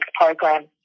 program